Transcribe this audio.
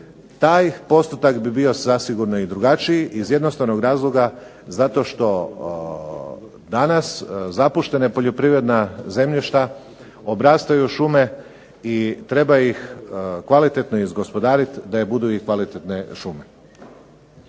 taj postotak bi bio drugačiji iz jednostavnog razloga jer danas zapuštena poljoprivredna zemljišta obrastaju u šume i treba ih kvalitetno izgospodariti da budu i kvalitetne šume.